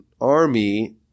army